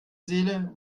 seele